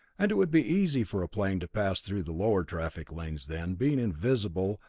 and it would be easy for a plane to pass through the lower traffic lanes, then, being invisible,